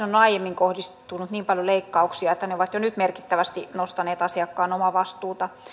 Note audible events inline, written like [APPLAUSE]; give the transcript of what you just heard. [UNINTELLIGIBLE] on aiemmin kohdistunut niin paljon leikkauksia että ne ovat jo nyt merkittävästi nostaneet asiakkaan omavastuuta